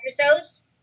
episodes